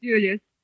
Julius